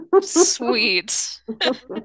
Sweet